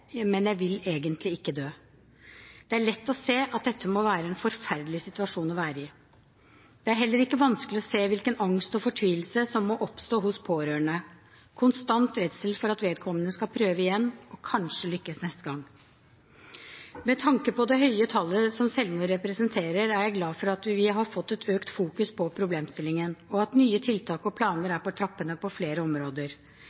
men jeg vil egentlig ikke dø. Det er lett å se at dette må være en forferdelig situasjon å være i. Det er heller ikke vanskelig å se hvilken angst og fortvilelse som må oppstå hos pårørende – konstant redsel for at vedkommende skal prøve igjen og kanskje lykkes neste gang. Med tanke på det høye tallet som selvmord representerer, er jeg glad for at vi har fått et økt fokus på problemstillingen, og at nye tiltak og planer